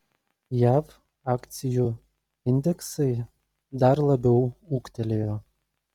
jav akcijų indeksai dar labiau ūgtelėjo